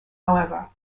however